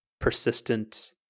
persistent